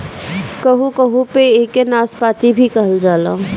कहू कहू पे एके नाशपाती भी कहल जाला